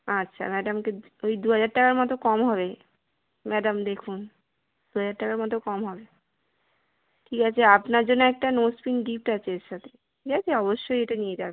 আচ্ছা ম্যাডামকে ওই দু হাজার টাকার মতো কম হবে ম্যাডাম দেখুন দু হাজার টাকার মতো কম হবে ঠিক আছে আপনার জন্য একটা নোজ পিন গিফট আছে এর সাথে ঠিক আছে অবশ্যই এটা নিয়ে যাবেন